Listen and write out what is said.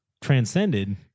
transcended